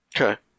Okay